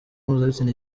mpuzabitsina